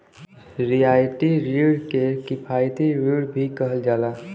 रियायती रिण के किफायती रिण भी कहल जाला